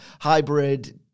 hybrid